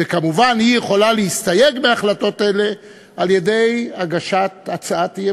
וכשאני מסתכלת על מרכיבי האופוזיציה אני אומרת שאם